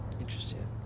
Interesting